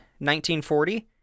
1940